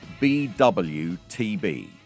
BWTB